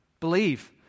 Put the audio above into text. Believe